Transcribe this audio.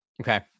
Okay